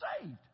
saved